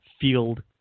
field